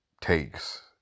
takes